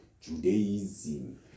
Judaism